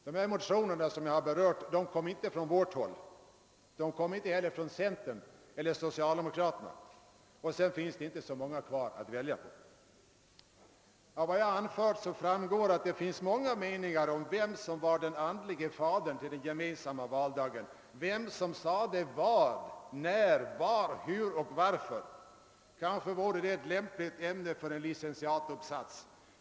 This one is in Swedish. Dessa motioner kom inte från vårt håll, inte heller från centern eller socialdemokrater na. Sedan finns det inte så många partier att välja på. Av vad jag anfört framgår att det finns många meningar om vem som var den andlige fadern till den gemensamma valdagen, vem som sade vad, när, var, hur och varför. Kanske vore det ett lämpligt ämne för en licentiatuppsats.